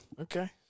Okay